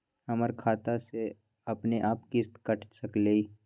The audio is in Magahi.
हमर खाता से अपनेआप किस्त काट सकेली?